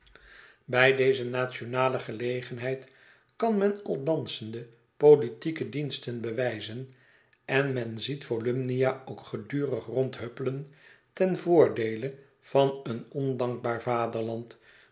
bij deze nationale gelegenheid kan men al dansende politieke diensten bewijzen en men ziet volumnia ook gedurig rondhuppelen ten voordeele van een ondankbaar